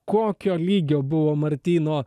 kokio lygio buvo martyno